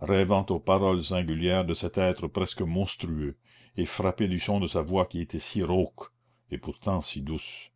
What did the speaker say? rêvant aux paroles singulières de cet être presque monstrueux et frappée du son de sa voix qui était si rauque et pourtant si douce